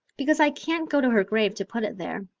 because i can't go to her grave to put it there.